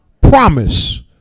Promise